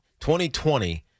2020